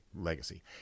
legacy